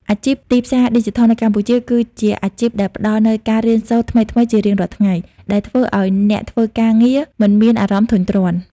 អាជីពទីផ្សារឌីជីថលនៅកម្ពុជាគឺជាអាជីពដែលផ្តល់នូវការរៀនសូត្រថ្មីៗជារៀងរាល់ថ្ងៃ ដែលធ្វើឱ្យអ្នកធ្វើការងារមិនមានអារម្មណ៍ធុញទ្រាន់។